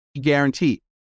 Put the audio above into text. guaranteed